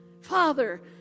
father